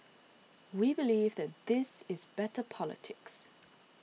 we believe that this is better politics